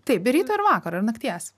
taip be ryto ir vakaro ir nakties